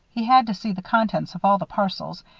he had to see the contents of all the parcels,